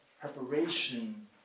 preparation